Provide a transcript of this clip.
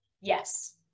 Yes